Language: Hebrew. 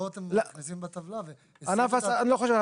פה אתם מכניסים בטבלה --- אני לא חושב,